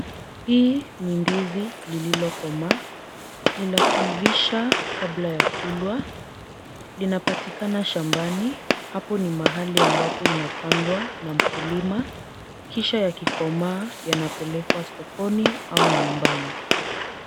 Hii ni ndizi lililokomaa. Ni la kuivisha kabla ya kulwa. Linapatikana shambani. Hapo ni mahali ambapo inapandwa na mkulima kisha yakikomaa yanapelekwa sokoni au nyumbani.